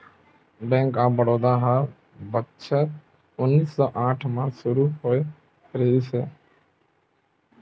bank of Baroda ह बछर उन्नीस सौ आठ म सुरू होए रिहिस हे